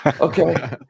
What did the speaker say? okay